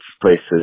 places